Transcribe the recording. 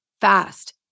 fast